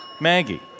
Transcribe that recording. Maggie